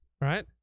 right